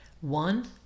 One